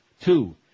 Two